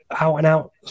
out-and-out